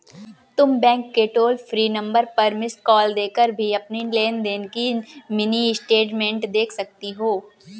तुम बैंक के toll free number पर मिस्ड कॉल देकर भी अपनी लेन देन की मिनी स्टेटमेंट देख सकती हो